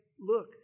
look